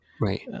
right